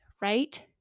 right